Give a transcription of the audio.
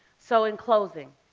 so in closing,